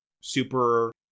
super